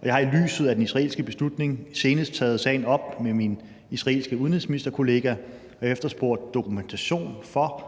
og jeg har i lyset af den israelske beslutning senest taget sagen op med min israelske udenrigsministerkollega og efterspurgt dokumentation for